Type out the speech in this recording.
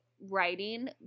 writing